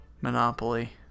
Monopoly